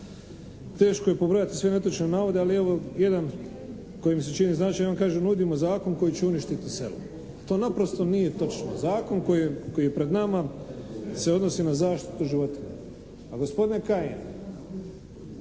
teško je pobrojati sve netočne navode, ali evo jedan koji mi se čini značajan. On kaže nudimo zakon koji će uništiti selo. To naprosto nije točno. Zakon koji je pred nama se odnosi na zaštitu životinja. A gospodine Kajin